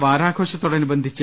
വാരാലോഷത്തോടനുബന്ധിച്ച്